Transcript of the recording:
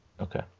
Okay